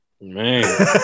Man